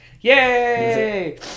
yay